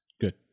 Good